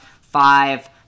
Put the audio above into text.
five